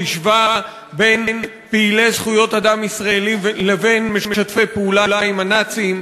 שהשווה בין פעילי זכויות אדם ישראלים לבין משתפי פעולה עם הנאצים.